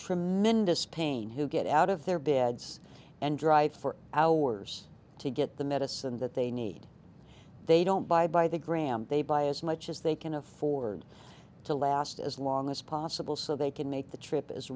tremendous pain who get out of their beds and drive for hours to get the medicine that they need they don't buy by the gram they buy as much as they can afford to last as long as possible so they can make the trip